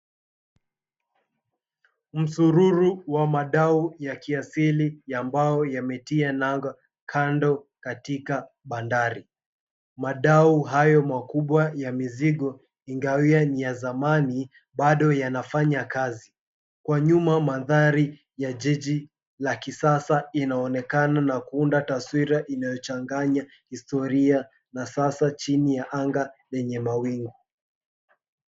Msururu wa madau ya kiasili ya mbao yametia nanga kando katika bandari. Madau hayo makubwa ya mizigo, ingawia ni ya zamani, bado yanafanya kazi. Kwa nyuma mandhari ya jiji la kisasa inaonekana na kuunda taswira inayochanganya historia na sasa chini ya anga lenye mawingu.